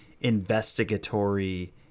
investigatory